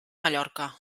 mallorca